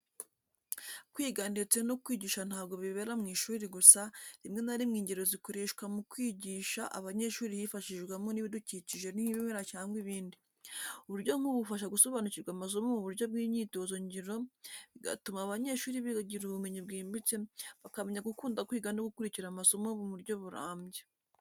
Kwiga ndetse no kwigisha ntabwo bibera mu ishuri gusa, rimwe na rimwe ingero zikoreshwa mu kwigisha abanyeshuri hifashishwamo n’ibidukikije nk’ibimera cyangwa ibindi. Uburyo nk’ubu bufasha gusobanukirwa amasomo mu buryo bw’imyitozo ngiro, bigatuma abanyeshuri bagira ubumenyi bwimbitse, bakamenya gukunda kwiga no gukurikira amasomo mu buryo burambye.